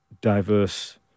diverse